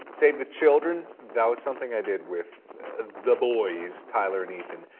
save the children. that was something i did with the boys, tyler and ethan.